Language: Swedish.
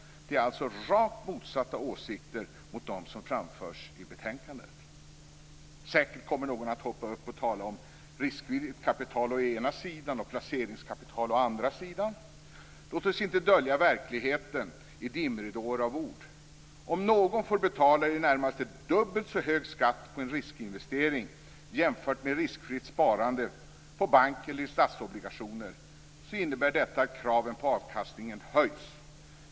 Det är alltså rakt motsatta åsikter mot dem som framförs i betänkandet. Säkert kommer någon att hoppa upp och tala om riskvilligt kapital å ena sidan och placeringskapital å andra sidan. Låt oss inte dölja verkligheten i dimridåer av ord. Om någon får betala i det närmaste dubbelt så hög skatt på en riskinvestering jämfört med riskfritt sparande på bank eller i statsobligationer, innebär detta att kraven på avkastningen höjs.